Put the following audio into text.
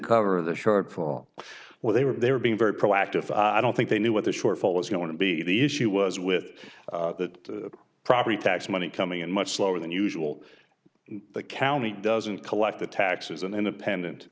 cover the shortfall where they were they were being very proactive i don't think they knew what the shortfall was going to be the issue was with the property tax money coming in much slower than usual the county doesn't collect the taxes an independent